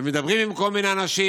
ומדברים עם כל מיני אנשים.